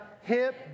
hip